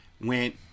went